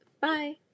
bye